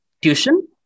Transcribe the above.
tuition